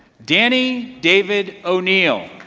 danny david o'neil.